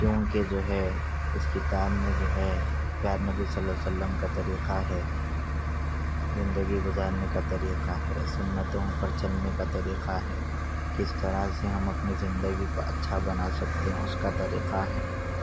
کیونکہ جو ہے اس کتاب میں جو ہے پیارے نبی صلی اللہ علیہ وسلم کا طریقہ ہے زندگی گزارنے کا طریقہ ہے سنتوں پر چلنے کا طریقہ ہے کس طرح سے ہم اپنی زندگی کو اچھا بنا سکتے ہیں اس کا طریقہ ہے